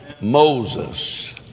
Moses